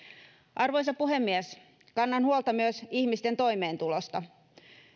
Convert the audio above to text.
arvoisa puhemies kannan huolta myös ihmisten toimeentulosta